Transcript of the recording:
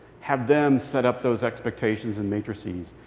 have them set up those expectations and matrices.